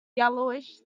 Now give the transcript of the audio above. yellowish